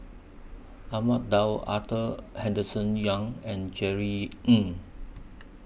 Ahmad Daud Arthur Henderson Young and Jerry Ng